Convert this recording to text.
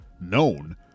known